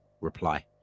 reply